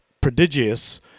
prodigious